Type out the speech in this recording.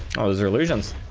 close relations